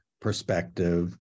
perspective